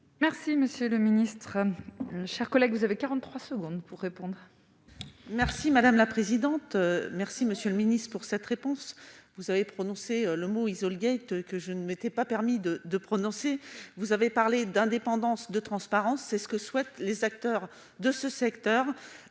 Merci, monsieur le Ministre, chers collègues, vous avez 43 secondes pour répondre. Merci madame la présidente, merci Monsieur le Ministre, pour cette réponse, vous avez prononcé le mot isole guettent, que je ne m'étais pas permis de de prononcer, vous avez parlé d'indépendance, de transparence, c'est ce que souhaitent les acteurs de ce secteur